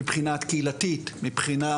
מבחינה